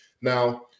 now